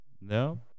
No